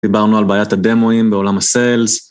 דיברנו על בעיית ה DEMOS בעולם ה SALES.